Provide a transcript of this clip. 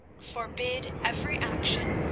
forbid every action,